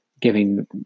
giving